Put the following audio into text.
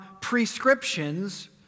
prescriptions